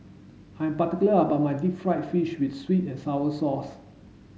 I'm particular about my deep fried fish with sweet and sour sauce